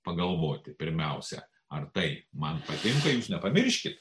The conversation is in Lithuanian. pagalvoti pirmiausia ar tai man patinka jūs nepamirškit